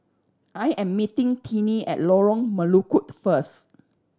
I am meeting Tennie at Lorong Melukut first